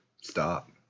Stop